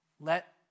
Let